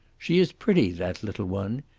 she is pretty, that little one.